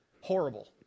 horrible